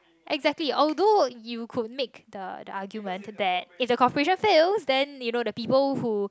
exactly although you can make the argument that if the corporation fails then you know the people who